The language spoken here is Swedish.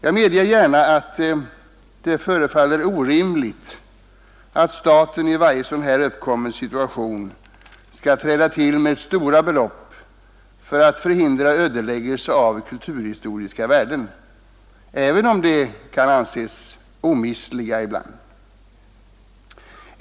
Jag medger gärna att det förefaller orimligt att staten i varje uppkommen situation av detta slag skall satsa stora belopp för att förhindra ödeläggelse av kulturhistoriska värden — även om de kan anses som omistliga.